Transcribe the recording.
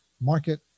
market